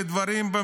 לדברים,